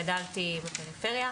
גדלתי בפריפריה.